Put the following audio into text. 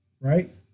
right